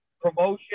promotion